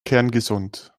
kerngesund